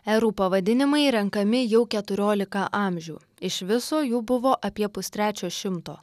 erų pavadinimai renkami jau keturiolika amžių iš viso jų buvo apie pustrečio šimto